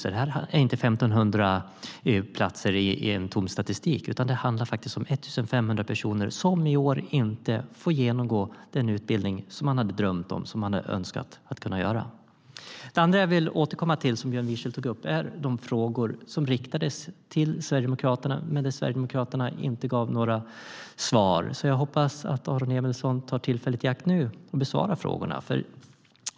Det är alltså inte 1 500 platser i en tom statistik, utan det handlar om 1 500 personer som i år inte får genomgå den utbildning de drömt om och önskat att genomgå. Det andra är de frågor som Björn Wiechel riktade till Sverigedemokraterna men där Sverigedemokraterna inte gav några svar. Jag hoppas att Aron Emilsson nu tar tillfället i akt att besvara frågorna.